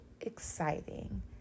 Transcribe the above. exciting